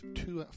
two